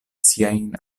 siajn